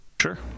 Sure